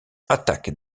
attaque